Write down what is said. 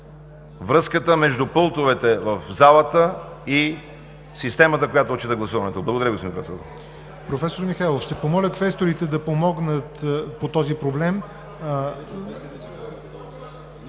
връзката между пултовете в залата и системата, която отчита гласуването. Благодаря Ви, господин Председател.